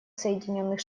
соединенных